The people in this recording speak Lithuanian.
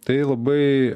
tai labai